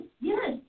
yes